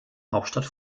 hauptstadt